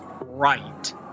right